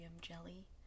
jelly